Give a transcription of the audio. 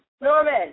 Norman